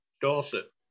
Dorset